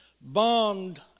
bombed